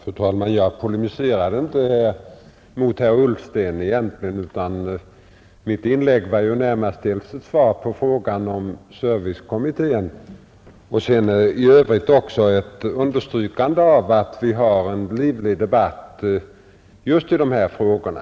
Fru talman! Jag polemiserade egentligen inte mot herr Ullsten, utan mitt inlägg var dels närmast ett svar på frågan om servicekommittén, dels också ett understrykande av att vi har en livlig debatt just i de här frågorna.